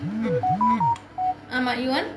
um you want